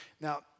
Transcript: Now